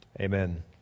amen